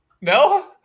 No